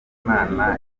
imana